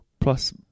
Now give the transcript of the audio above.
plus